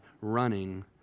running